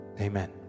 Amen